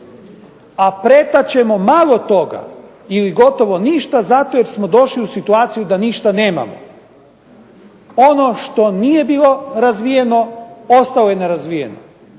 a pretačemo malo toga ili gotovo ništa zato jer smo došli u situaciju da ništa nemamo. Ono što nije bilo razvijeno ostalo je nerazvijeno,